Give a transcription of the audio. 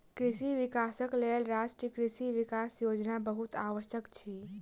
कृषि विकासक लेल राष्ट्रीय कृषि विकास योजना बहुत आवश्यक अछि